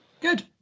Good